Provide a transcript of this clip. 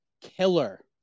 killer